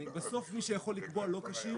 בסוף מי שיכול לקבוע שהוא לא כשיר,